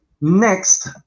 Next